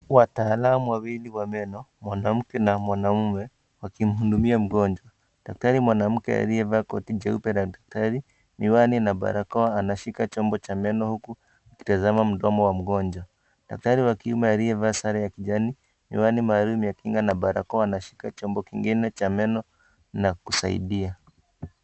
Wataalamu wawili wa meno mwanamke na mwanaume wakimhudumia mgonjwa, daktari mwanamke aliyevaa koti jeupe la daktari , miwani na barakoa anashika chombo cha meno huku akitazama mdomo wa mgonjwa, daktari wa kiume aliyevaa sare ya kijani miwani maalum ya kinga na barakoa anashika chombo kingine cha meno na kusidia.